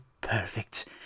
perfect